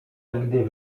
nigdy